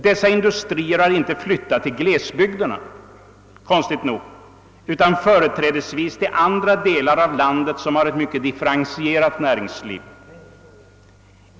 Dessa industrier har — konstigt nog — inte flyttat till glesbygderna utan företrädesvis till andra delar av landet som har ett mycket differentierat näringsliv.